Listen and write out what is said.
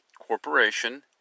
corporation